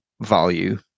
value